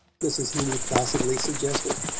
mrs. heeny placidly suggested.